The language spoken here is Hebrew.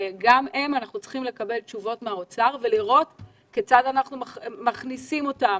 אנחנו צריכים לקבל תשובות מהאוצר ולראות כיצד אנחנו מכניסים אותם.